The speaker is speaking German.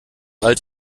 alt